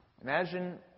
Imagine